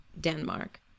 Denmark